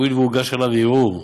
הואיל והוגש עליו ערעור.